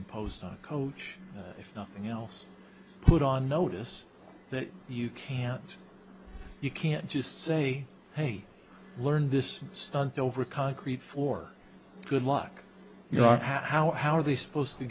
imposed on coach if nothing else put on notice that you can't you can't just say hey learn this stunt over concrete for good luck you know how how are they supposed to